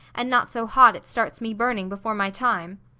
and not so hot it starts me burning before my time?